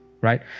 right